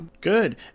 Good